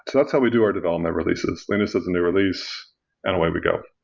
that's how we do our development releases. linus has a new release and a way we go.